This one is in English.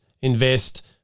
invest